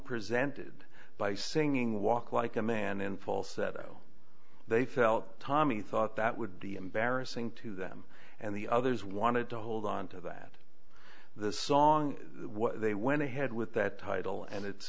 presented by singing walk like a man in falsetto they felt tommy thought that would be embarrassing to them and the others wanted to hold on to that the song they went ahead with that title and it